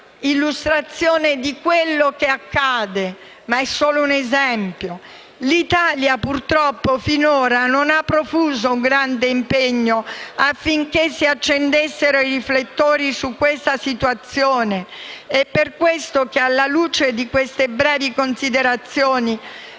Donno una dimostrazione di ciò che accade, ma è solo un esempio. L'Italia purtroppo fino ad ora non ha profuso un grande impegno affinché si accendessero i riflettori su questa situazione. Per tale ragione, alla luce di queste brevi considerazioni,